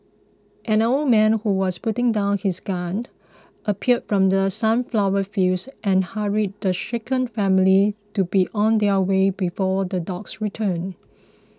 an old man who was putting down his gun appeared from the sunflower fields and hurried the shaken family to be on their way before the dogs return